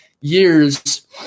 years